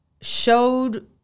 showed